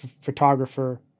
photographer